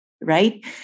right